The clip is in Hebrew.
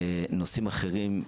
ונושאים אחרים,